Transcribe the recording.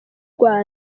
rwanda